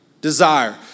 Desire